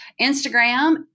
Instagram